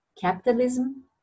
Capitalism